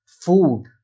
food